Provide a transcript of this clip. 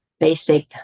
basic